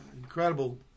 Incredible